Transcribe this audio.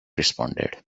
responded